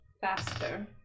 faster